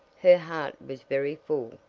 her heart was very full,